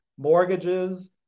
Mortgages